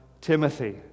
Timothy